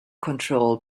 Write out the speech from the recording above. control